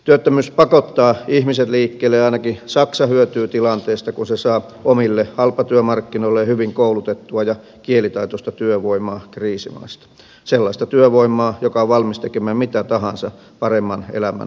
työttömyys pakottaa ihmiset liikkeelle ja ainakin saksa hyötyy tilanteesta kun se saa omille halpatyömarkkinoilleen hyvin koulutettua ja kielitaitoista työvoimaa kriisimaista sellaista työvoimaa joka on valmis tekemään mitä tahansa paremman elämän toivossa